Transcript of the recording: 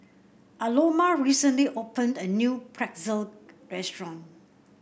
Aloma recently opened a new Pretzel restaurant